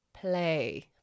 play